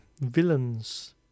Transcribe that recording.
villains